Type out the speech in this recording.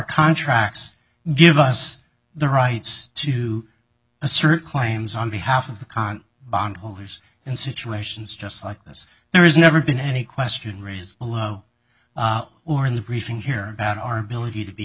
contracts give us the rights to assert claims on behalf of the current bondholders in situations just like this there is never been any question raised below or in the briefing here about our ability to be